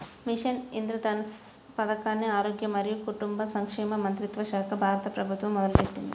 machine Indradhanush పథకాన్ని ఆరోగ్య మరియు కుటుంబ సంక్షేమ మంత్రిత్వశాఖ, భారత ప్రభుత్వం మొదలుపెట్టింది